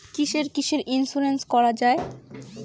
কিসের কিসের ইন্সুরেন্স করা যায়?